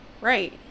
Right